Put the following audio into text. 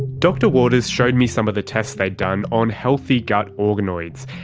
dr waters showed me some of the tests they'd done on healthy gut organoids,